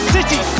City